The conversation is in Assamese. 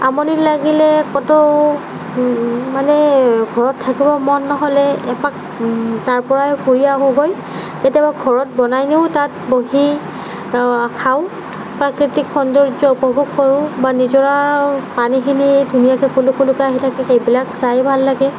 আমনি লাগিলে ক'তো মানে ঘৰত থাকিব মন নহ'লে এপাক তাৰপৰাই ঘূৰি আহোঁগৈ কেতিয়াবা ঘৰত বনাই নিওঁ তাত বহি খাওঁ প্ৰাকৃতিক সৌন্দৰ্য উপভোগ কৰোঁ বা নিজৰাৰ পানীখিনি ধুনীয়াকে কুলু কুলুকৈ আহি থাকে সেইবিলাক চাই ভাল লাগে